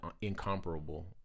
incomparable